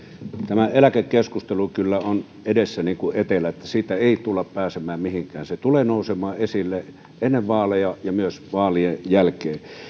tämä eläkekeskustelu kyllä on edessä niin kuin etelä niin että siitä ei tulla pääsemään mihinkään se tulee nousemaan esille ennen vaaleja ja myös vaalien jälkeen